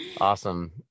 Awesome